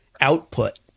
output